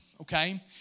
okay